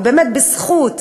באמת בזכות,